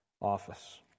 office